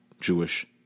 Jewish